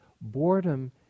boredom